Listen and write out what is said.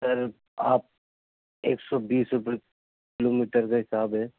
سر آپ ایک سو بیس روپئے کلو میٹر کا حساب ہے